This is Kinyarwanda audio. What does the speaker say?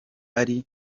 arimo